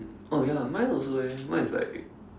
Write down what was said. oh ya mine also eh mine is like